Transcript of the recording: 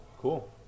cool